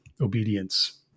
obedience